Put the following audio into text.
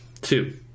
two